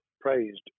praised